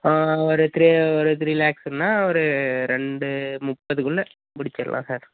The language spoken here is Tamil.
ஒரு த்ரீ ஒரு த்ரீ லேக்ஸுன்னா ஒரு ரெண்டு முப்பதுக்குள்ளே முடிச்சிரலாம் சார்